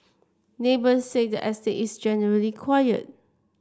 neighbours said the estate is generally quiet